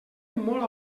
molt